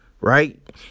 right